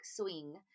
swing